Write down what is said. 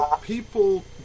people